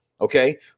okay